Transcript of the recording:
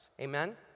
Amen